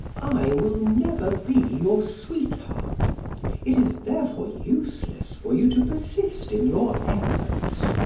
i will never be your sweetheart it is therefore useless for you to persist in your efforts.